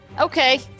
Okay